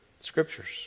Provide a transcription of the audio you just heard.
Scriptures